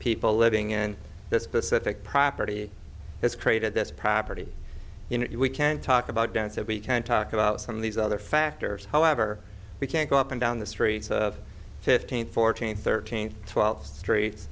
people living in this specific property has created this property you know we can talk about dance and we can talk about some of these other factors however we can't go up and down the streets of fifteen fourteen thirteen twelve str